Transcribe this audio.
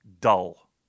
dull